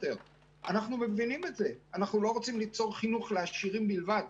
אנחנו מבינים זאת ואיננו רוצים ליצור חינוך לעשירים בלבד.